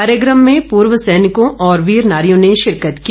कार्यक्रम में पूर्व सैनिकों और वीर नारियों ने शिरकत की